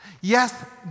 Yes